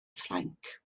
ffrainc